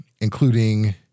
including